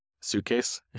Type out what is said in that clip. suitcase